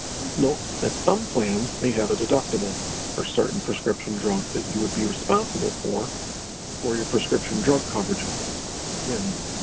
please note that some plans may have a deductible for certain prescription drugs that you would be responsible for before your prescription drug coverage begins.